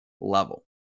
level